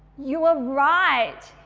you were right,